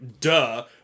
duh